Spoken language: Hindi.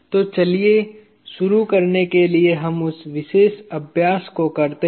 तो चलिए शुरू करने के लिए उस विशेष अभ्यास को करते हैं